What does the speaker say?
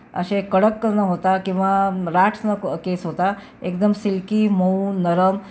असे कडक न होता किंवा राठ न क केस होता एकदम सिल्की मऊ नरम